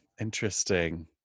Interesting